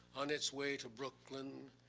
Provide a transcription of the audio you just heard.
on it's way to brooklyn.